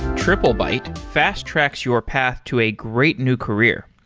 triplebyte fast-tracks your path to a great new career.